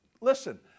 listen